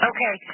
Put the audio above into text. Okay